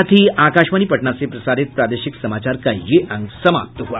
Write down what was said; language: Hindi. इसके साथ ही आकाशवाणी पटना से प्रसारित प्रादेशिक समाचार का ये अंक समाप्त हुआ